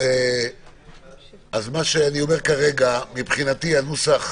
אז כרגע, מבחינתי,